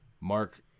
Mark